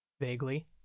vaguely